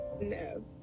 No